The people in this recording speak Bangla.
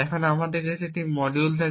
এখন যদি আমাদের কাছে এমন একটি মডিউল থাকে